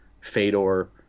Fedor